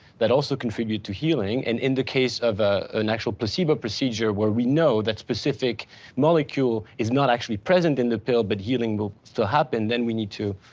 that also contribute to healing. and in the case of ah ah an actual placebo procedure, where we know that specific molecule is not actually present in the pill, but healing will still happen, then we need to